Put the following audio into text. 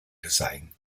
design